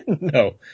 no